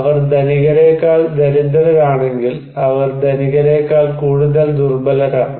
അവർ ധനികരെക്കാൾ ദരിദ്രരാണെങ്കിൽ അവർ ധനികരെക്കാൾ കൂടുതൽ ദുർബലരാണ്